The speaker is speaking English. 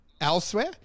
elsewhere